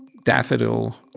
daffodil,